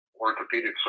orthopedic